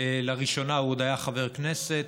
לראשונה הוא עוד היה חבר כנסת.